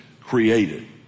created